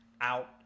out